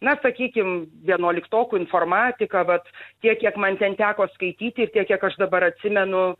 na sakykim vienuoliktokų informatika vat tiek kiek man ten teko skaityti ir tiek kiek aš dabar atsimenu